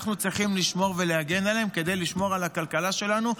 אנחנו צריכים לשמור ולהגן עליהם כדי לשמור על הכלכלה שלנו,